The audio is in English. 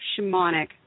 shamanic